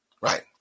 right